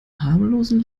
harmlosen